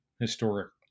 historic